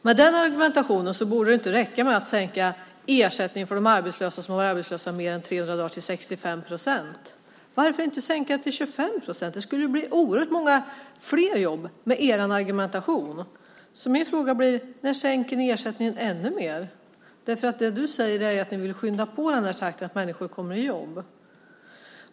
Med den argumentationen borde det inte räcka med att sänka ersättningen för de arbetslösa som har varit arbetslösa mer än 300 dagar till 65 procent. Varför inte sänka till 25 procent? Det skulle ju bli oerhört många fler jobb med er argumentation. Min fråga blir: När sänker ni ersättningen ännu mer? Det du säger är ju att ni vill skynda på takten så att människor kommer i jobb.